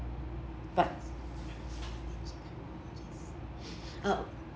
but uh